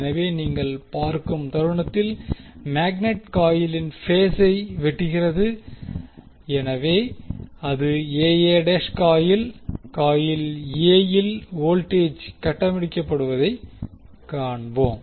எனவே நீங்கள் பார்க்கும் தருணத்தில் மேக்னட் காயிலின் பேஸ்சை வெட்டுகிறது எனவே அது காயில் காயில் எ இல் வோல்டேஜ் கட்டமைக்கப்படுவதைக் காண்போம்